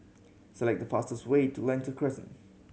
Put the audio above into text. select the fastest way to Lentor Crescent